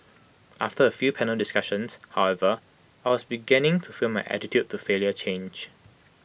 after A few panel discussions however I was beginning to feel my attitude to failure change